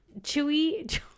chewy